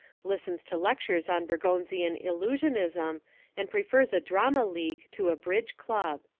listens to lectures on bergsonian illusionism and prefers a drama league to a bridge club.